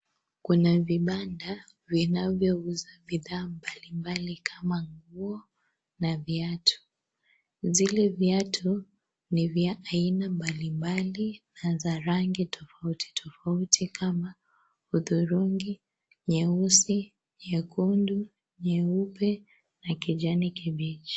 Kuna vibanda vinavyouza bidhaa mbalimbali kama nguo na viatu. Zile viatu ni vya aina mbalimbali na za rangi tofauti tofauti kama hudhurungi , nyeusi nyekundu nyeupe na kijani kibichi.